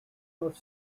off